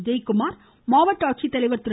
உதயகுமார் மாவட்ட ஆட்சித்தலைவா் திரு